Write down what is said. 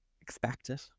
expected